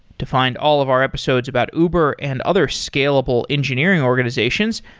to find all of our episodes about uber and other scalable engineering organizations,